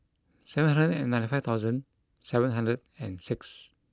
seven hundred and ninety five thousand seven hundred and six